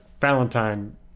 Valentine